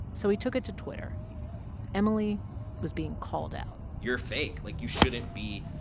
so he took it to twitter emily was being called out you're fake. like, you shouldn't be,